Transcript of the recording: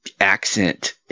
accent